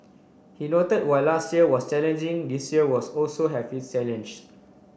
he note while last year was challenging this year was also have its challenge